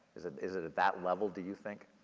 is it is it at that level do you think?